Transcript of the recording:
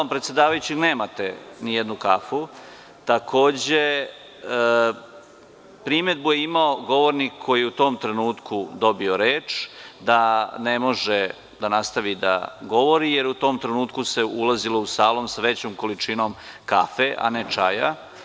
Za predsedavajućim stolom nemate nijednu kafu, a primedbu je imao govornik koji je u tom trenutku dobio reč, da ne može da nastavi da govori, jer u tom trenutku se ulazilo u salu sa većom količinom kafe, a ne čaja.